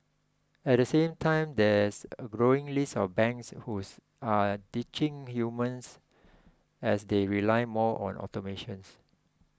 at the same time there's a growing list of banks whose are ditching humans as they rely more on automations